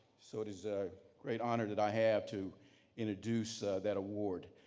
so, it is a great honor that i have to introduce that award.